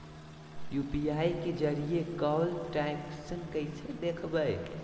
UPI के जरिए कैल ट्रांजेक्शन कैसे देखबै?